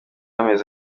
y’amezi